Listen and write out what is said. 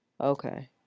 Okay